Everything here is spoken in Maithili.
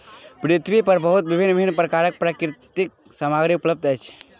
पृथ्वी पर बहुत भिन्न भिन्न प्रकारक प्राकृतिक सामग्री उपलब्ध अछि